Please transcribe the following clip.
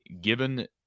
given